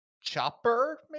Chopper